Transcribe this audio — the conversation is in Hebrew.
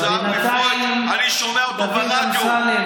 עיסאווי פריג', אני שומע אותו ברדיו.